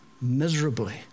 miserably